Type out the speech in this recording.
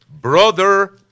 brother